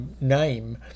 name